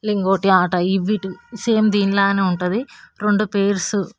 లింగోటి ఆట ఈ వీటి సేమ్ దీనిలాగే ఉంటుంది రెండు పెయిర్స్